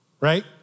right